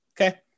okay